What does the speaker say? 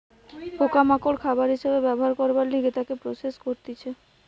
পোকা মাকড় খাবার হিসাবে ব্যবহার করবার লিগে তাকে প্রসেস করতিছে